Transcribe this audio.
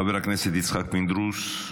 חבר הכנסת יצחק פינדרוס,